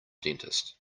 dentist